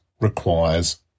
requires